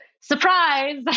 surprise